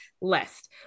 list